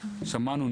שמענו,